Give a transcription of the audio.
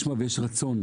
אפשר לשמוע ויש רצון,